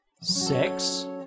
six